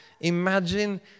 Imagine